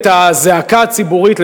את הזעקה הציבורית,